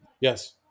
Yes